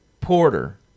porter